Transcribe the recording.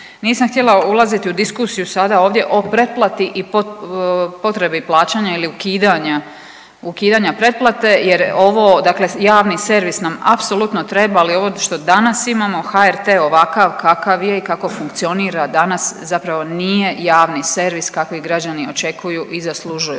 Nisam htjela ulaziti u diskusiju sada ovdje o pretplati i potrebi plaćanja ili ukidanja pretplate, jer ovo, dakle javni servis nam apsolutno treba, ali ovo što danas imamo HRT ovakav kakav je i kako funkcionira danas zapravo nije javni servis kakvi građani očekuju u zaslužuju.